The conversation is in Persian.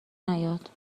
نیاد